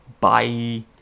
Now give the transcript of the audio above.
Bye